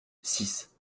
six